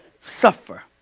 suffer